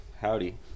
howdy